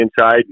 inside